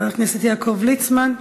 חבר הכנסת יעקב ליצמן,